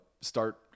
start